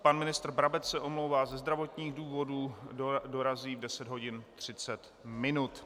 Pan ministr Brabec se omlouvá ze zdravotních důvodů, dorazí v 10 hodin 30 minut.